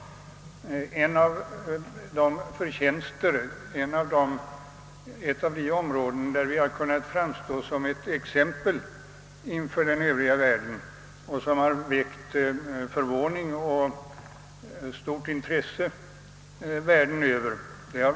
I ett avseende har Sverige emellertid framstått som ett mönster inför den övriga världen, det har väckt förvåning och stort intresse över hela världen.